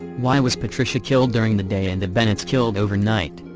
why was patricia killed during the day and the bennett's killed overnight?